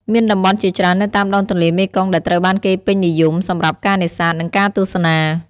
មានតំបន់ជាច្រើននៅតាមដងទន្លេមេគង្គដែលត្រូវបានគេពេញនិយមសម្រាប់ការនេសាទ និងការទស្សនា។